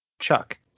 chuck